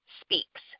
speaks